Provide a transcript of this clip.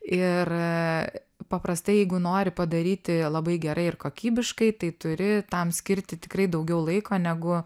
ir paprastai jeigu nori padaryti labai gerai ir kokybiškai tai turi tam skirti tikrai daugiau laiko negu